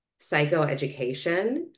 psychoeducation